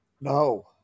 No